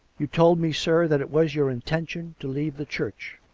you told me, sir, that it was your intention to leave the church.